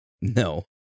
No